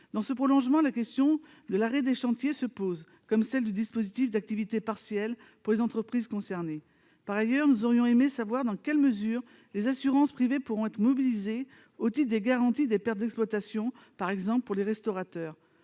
par avance. La question de l'arrêt des chantiers se pose, ainsi que celle du recours au dispositif d'activité partielle pour les entreprises concernées. Par ailleurs, nous aurions aimé savoir dans quelle mesure les assurances privées pourront être mobilisées au titre des garanties de pertes d'exploitation, par exemple pour les restaurateurs.